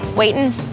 Waiting